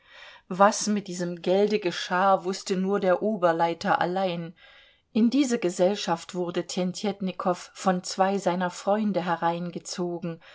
was mit diesem gelde geschah wußte nur der oberleiter allein in diese gesellschaft wurde tjentjetnikow von zwei seiner freunde hereingezogen